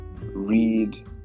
Read